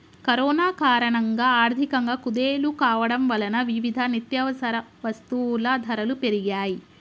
corona కారణంగా ఆర్థికంగా కుదేలు కావడం వలన వివిధ నిత్యవసర వస్తువుల ధరలు పెరిగాయ్